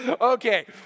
Okay